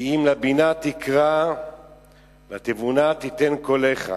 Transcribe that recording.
כי אם לבינה תקרא לתבונה תתן קולך.